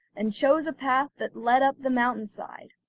and chose a path that led up the mountain side.